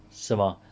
是吗